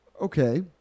okay